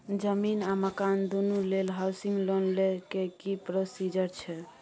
जमीन आ मकान दुनू लेल हॉउसिंग लोन लै के की प्रोसीजर छै?